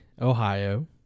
Ohio